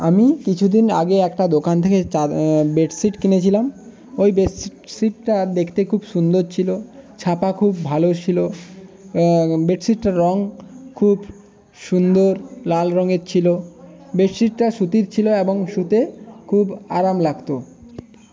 আমি কিছু দিন আগে একটা দোকান থেকে চা বেডসিট কিনেছিলাম ওই বেড সিটটা দেখতে খুব সুন্দর ছিলো ছাপা খুব ভালো ছিলো বেডসিটটার রঙ খুব সুন্দর লাল রঙের ছিলো বেডসিটটা সুতির ছিলো এবং শুতে খুব আরাম লাগতো